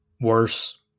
worse